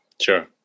sure